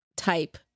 Type